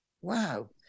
Wow